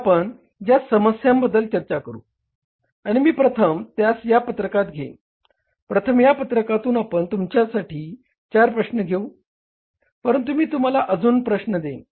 तर आता या समस्यांबद्दल चर्चा करू आणि मी प्रथम त्यास या पत्रकात घेईन प्रथम या पत्रकातुन आपण तुमच्यासाठी चार प्रश्न घेऊ परंतु मी तुम्हाला अजून प्रश्न देईन